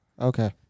Okay